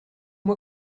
moi